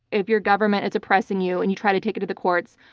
if your government is oppressing you and you try to take it to the courts,